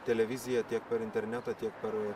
televiziją tiek per internetą tiek per